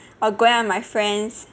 or going out with my friends